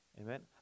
Amen